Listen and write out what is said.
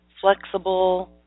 flexible